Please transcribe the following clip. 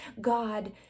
God